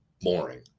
boring